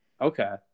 Okay